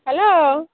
hello